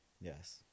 Yes